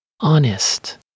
honest